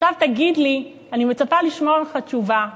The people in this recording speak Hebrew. עכשיו תגיד לי, אני מצפה לשמוע ממך תשובה הוגנת,